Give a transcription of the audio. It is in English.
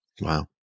Wow